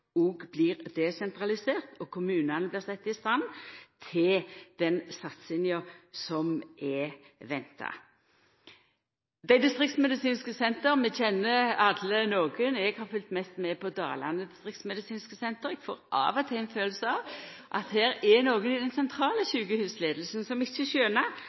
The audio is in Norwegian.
òg blir desentraliserte, og kommunane blir sette i stand til den satsinga som er venta. Av dei distriktsmedisinske sentra – vi kjenner alle nokon – har eg fylgt mest med på Dalane distriktsmedisinske senter. Eg får av og til ein følelse av at det er nokon i den sentrale sjukehusleiinga som ikkje